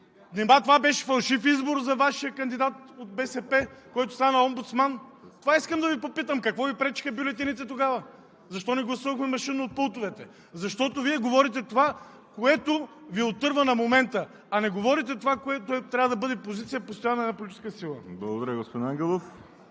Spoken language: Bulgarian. Нима това беше фалшив избор за Вашия кандидат от БСП, който стана омбудсман? Това искам да Ви попитам: какво Ви пречеха бюлетините тогава, защо не гласувахме машинно от пултовете? Защото Вие говорите това, което Ви отърва на момента, а не говорите това, което трябва да бъде постоянна позиция